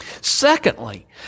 Secondly